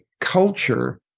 culture